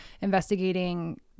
investigating